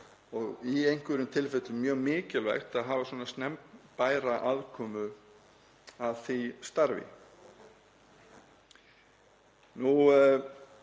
og í einhverjum tilfellum er mjög mikilvægt að hafa svona snemmbæra aðkomu að því starfi.